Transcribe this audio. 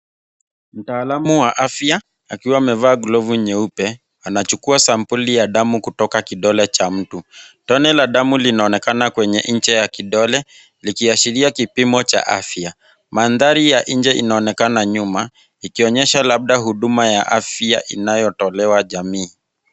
Mtaalam wa afya akiwa amevaa glovu nyeupe anachukua sampuli ya damu kutoka kidole cha mtu. Tone la damu linaonekana nje ya kidole likiashiria kipimo cha afya. Mandhari ya nje inaonekana nyuma ikionyesha labda huduma ya afya inayotolewa kwa jamii.